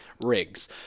rigs